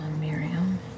Miriam